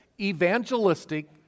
evangelistic